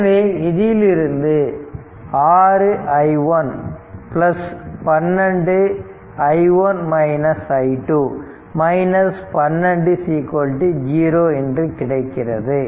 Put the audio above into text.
எனவே இதிலிருந்து 6i112 120 என்று கிடைக்கிறது